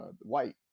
white